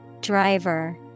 Driver